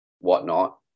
whatnot